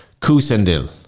Kusendil